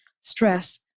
stress